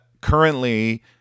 currently